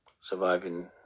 surviving